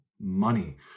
money